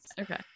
Okay